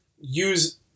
use